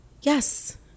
yes